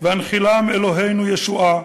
והנחילם אלוהינו ישועה,